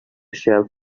shelf